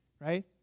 right